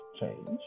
change